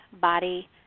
body